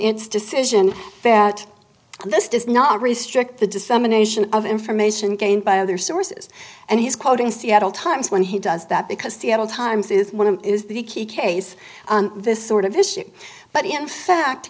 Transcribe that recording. its decision that this does not restrict the dissemination of information gained by other sources and he's quoting seattle times when he does that because seattle times is one of is the key case this sort of issue but in fact